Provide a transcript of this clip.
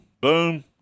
boom